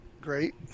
great